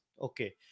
Okay